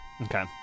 okay